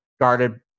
guarded